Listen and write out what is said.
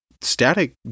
Static